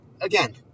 again